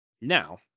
Now